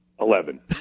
Eleven